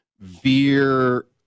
veer